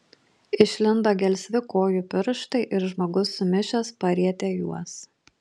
išlindo gelsvi kojų pirštai ir žmogus sumišęs parietė juos